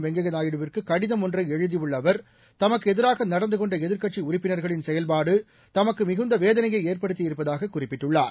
வெங்கய்ய நாயுடுவிற்கு கடிதம் ஒன்றை எழுதியுள்ள அவர் தமக்கு எதிராக நடந்துகொண்ட எதிர்க்கட்சி உறுப்பினர்களின் செயல்பாடு தமக்கு மிகுந்த வேதனையை ஏற்படுத்தியிருப்பதாக குறிப்பிட்டுள்ளார்